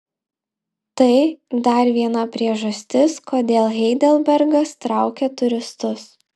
tai dar viena priežastis kodėl heidelbergas traukia turistus